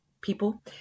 people